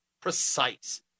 precise